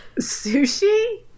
Sushi